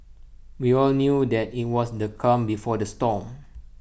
we all knew that IT was the calm before the storm